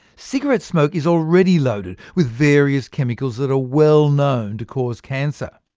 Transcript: cigarette smoke is already loaded with various chemicals that are well-known to cause cancer.